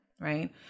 right